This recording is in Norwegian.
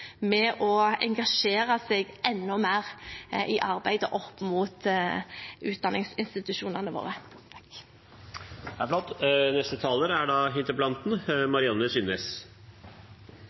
med å engasjere seg enda mer i arbeidet opp mot utdanningsinstitusjonene våre. Takk for en oppklarende gjennomgang fra statsråden og informasjon om ulike tiltak som er